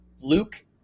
Luke